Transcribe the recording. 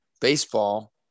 Baseball